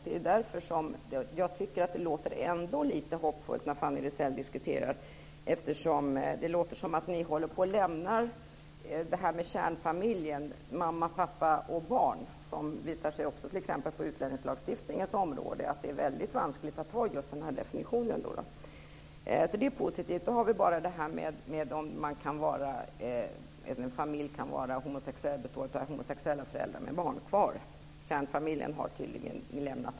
Det är därför jag tycker att det ändå låter lite hoppfullt när Fanny Rizell diskuterar, eftersom det låter som om ni håller på att lämna tanken på kärnfamiljen som mamma, pappa och barn. Det visar sig också på utlänningslagstiftningens område vara väldigt vanskligt att ha just den definitionen. Det är positivt. Då har vi bara frågan om en familj kan bestå av homosexuella föräldrar med barn kvar. Kärnfamiljen har ni tydligen lämnat.